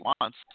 wants